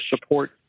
support